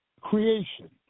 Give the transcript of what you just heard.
creation